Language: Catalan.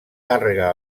càrrega